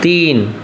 तीन